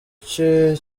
cye